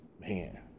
man